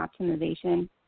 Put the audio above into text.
optimization